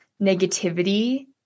negativity